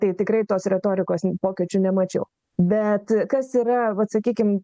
tai tikrai tos retorikos pokyčių nemačiau bet kas yra vat sakykim